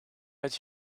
met